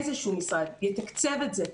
איזה שהוא משרד יתקצב את זה,